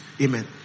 Amen